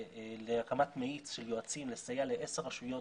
להקמת מאיץ של יועצים לסייע לעשר רשויות